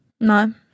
No